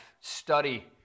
study